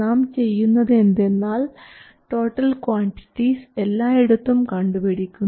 നാം ചെയ്യുന്നത് എന്തെന്നാൽ ടോട്ടൽ ക്വാണ്ടിറ്റിസ് എല്ലായിടത്തും കണ്ടുപിടിക്കുന്നു